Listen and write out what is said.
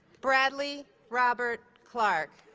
bradley robert clark